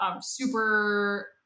super